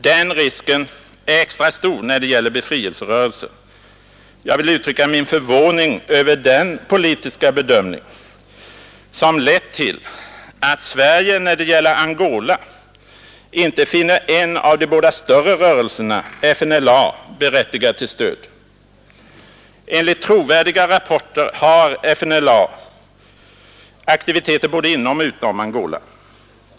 Den risken är extra stor när det gäller befrielserörelser. Jag vill uttrycka min förvåning över den politiska bedömning, som lett till att Sverige när det gäller Angola inte finner en av de båda större rörelserna, FNLA, berättigad till stöd. Enligt trovärdiga rapporter har FNLA aktiviteter både inom och utom Angola.